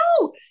no